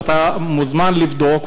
ואתה מוזמן לבדוק,